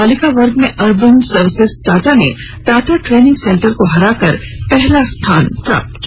बालिका वर्ग में अर्बन सर्विसेज टाटा ने टाटा ट्रेनिंग सेंटर को हराकर प्रथम स्थान प्राप्त किया